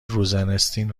روزناستین